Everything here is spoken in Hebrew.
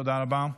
תודה רבה.